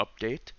update